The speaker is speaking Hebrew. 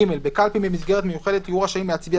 (ג)בקלפי במסגרת מיוחדת יהיו רשאים להצביע